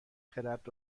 خرد